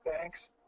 thanks